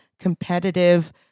competitive